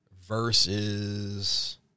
versus